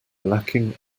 lacking